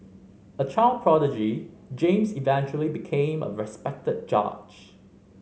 a child prodigy James eventually became a respected judge